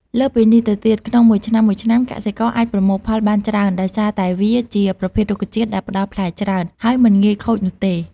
លើសពីនេះទៅទៀត ក្នុងមួយឆ្នាំៗកសិករអាចប្រមូលផលបានច្រើន ដោយសារតែវាជាប្រភេទរុក្ខជាតិដែលផ្ដល់ផ្លែច្រើន ហើយមិនងាយខូចនោះទេ។